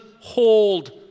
hold